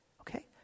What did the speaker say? Okay